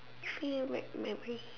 favourite memory